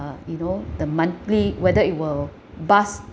you know the monthly whether it will bust